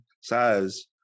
size